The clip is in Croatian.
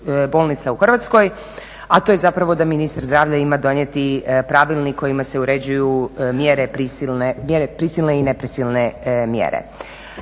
bolnica u Hrvatskoj, a to je zapravo da ministar zdravlja ima donijeti pravilnik kojim se uređuju mjere prisilne i neprisilne mjere.